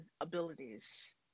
abilities